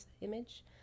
image